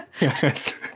yes